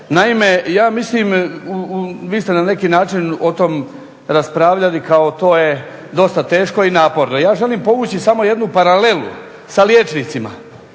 Naime, ja mislim vi ste na neki način o tom raspravljali kao to je dosta teško i naporno. Ja želim povući samo jednu paralelu sa liječnicima.